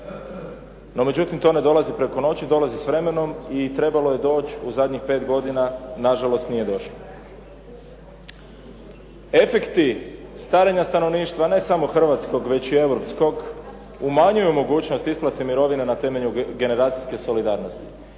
No međutim, to ne dolazi preko noći, dolazi s vremenom i trebalo je doći u zadnjih pet godina. Na žalost nije došlo. Efekti starenja stanovništva ne samo hrvatskog već i europskog umanjuju mogućnost isplate mirovina na temelju generacijske solidarnosti